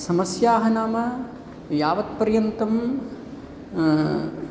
समस्या नाम यावत् पर्यन्तं